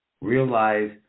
Realize